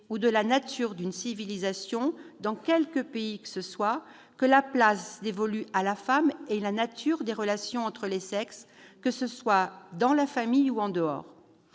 ou de la nature d'une civilisation, dans quelque pays que ce soit, que la place dévolue à la femme et la nature des relations entre les sexes - que ce soit dans la famille ou en dehors.